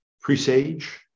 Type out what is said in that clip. presage